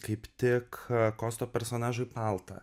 kaip tik kosto personažui paltą